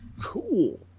cool